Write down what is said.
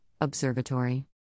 Observatory